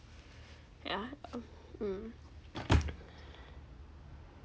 yeah mm